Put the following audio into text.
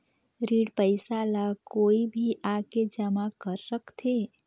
ऋण पईसा ला कोई भी आके जमा कर सकथे?